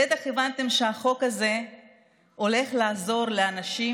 בטח הבנתם שהחוק הזה הולך לעזור לאנשים